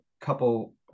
couple